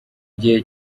gihe